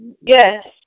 Yes